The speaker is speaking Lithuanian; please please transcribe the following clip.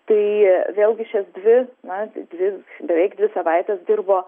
tai vėlgi šias dvi na d dvi beveik dvi savaites dirbo